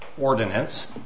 ordinance